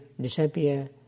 disappear